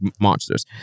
monsters